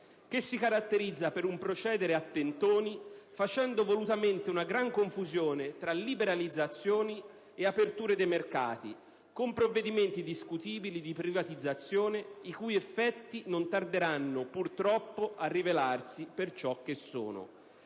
che si caratterizza per un procedere a tentoni, facendo volutamente una gran confusione tra liberalizzazioni ed apertura dei mercati, con provvedimenti discutibili di privatizzazione i cui effetti non tarderanno purtroppo a rivelarsi per ciò che sono.